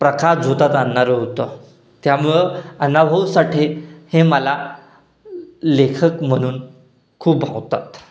प्रकाशझोतात अणणारं होतं त्यामुळं अण्णाभाऊ साठे हे मला लेखक म्हणून खूप भावतात